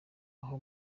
aho